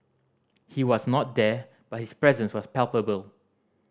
he was not there but his presence was palpable